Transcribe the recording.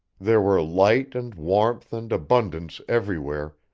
there were light and warmth and abundance everywhere,